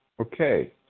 Okay